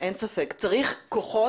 נכון, אין ספק, צריך כוחות